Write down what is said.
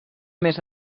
més